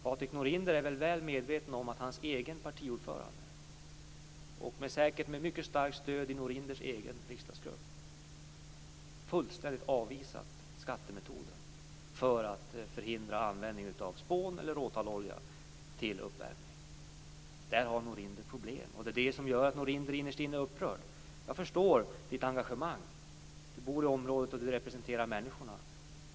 Patrik Norinder är nog väl medveten om att hans egen partiordförande, säkert med mycket starkt stöd i Norinders egen riksdagsgrupp, fullständigt avvisat skattemetoden för att förhindra användningen av spån eller råtallolja till uppvärmning. Där har Norinder problem. Det är det som gör att Norinder innerst inne är upprörd. Jag förstår Patrik Norinders engagemang. Han bor i området och representerar människorna.